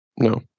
No